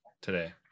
today